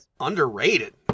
Underrated